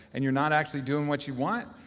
and you're not actually doing what you want,